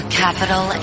capital